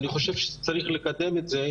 אני חושב שצריך לקדם את זה,